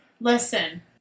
Listen